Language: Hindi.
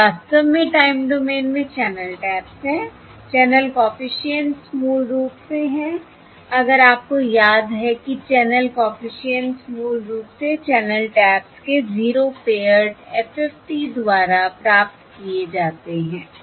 ये वास्तव में टाइम डोमेन में चैनल टैप्स हैं चैनल कॉफिशिएंट्स मूल रूप से हैं अगर आपको याद है कि चैनल कॉफिशिएंट्स मूल रूप से चैनल टैप्स के 0 पेअर्ड FFT द्वारा प्राप्त किए जाते हैं